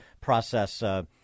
process